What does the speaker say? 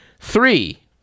three